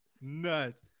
Nuts